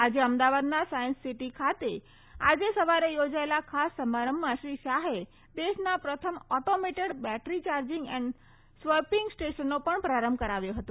આજે અમદાવાદના science city ખાતે આજે સવારે યોજાયેલા ખાસ સમારંભમાં શ્રી શાહે દેશના પ્રથમ automated battery charging and swapping સ્ટેશનનો પણ પ્રારંભ કરાવ્યો હતો